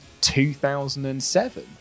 2007